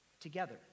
together